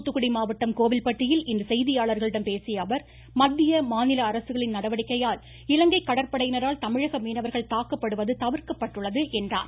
தூத்துக்குடி மாவட்டம் கோவில்பட்டியில் இன்று செய்தியாளர்களிடம் பேசிய அவர் மத்திய மாநில அரசுகளின் நடவடிக்கையால் இலங்கை கடற்படையினரால் தமிழக மீனவர்கள தாக்கப்படுவது தவிர்க்கப்பட்டுள்ளது என்றார்